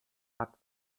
hat